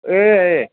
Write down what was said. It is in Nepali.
ए ए